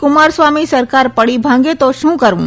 કુમારસ્વામી સરકાર ા ડી ભાંગે તો શું કરવું